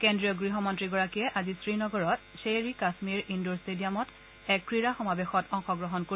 কেন্দ্ৰীয় গৃহমন্ত্ৰীগৰাকীয়ে আজি শ্ৰীনগৰত ধ্বেৰ ই কাশ্মীৰ ইণ্ডৰষ্টেডিযামত এক ক্ৰীড়া সমাবেশত অংশগ্ৰহণ কৰিব